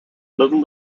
little